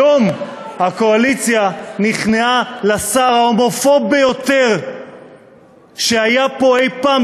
היום הקואליציה נכנעה לשר ההומופוב ביותר שהיה פה אי-פעם,